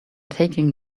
taking